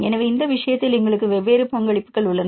எனவே இந்த விஷயத்தில் எங்களுக்கு வெவ்வேறு பங்களிப்புகள் உள்ளன